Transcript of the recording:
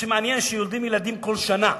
ומעניין שיולדים ילדים כל שנה.